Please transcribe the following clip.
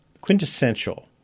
quintessential